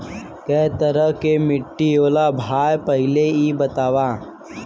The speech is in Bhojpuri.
कै तरह के माटी होला भाय पहिले इ बतावा?